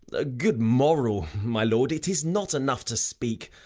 a good moral, my lord it is not enough to speak,